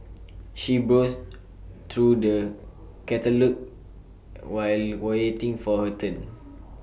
she browsed through the catalogues while waiting for her turn